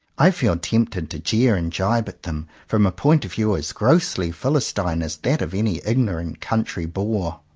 i feel tempted to jeer and jibe at them from a point of view as grossly philistine as that of any ignorant country boor.